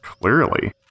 clearly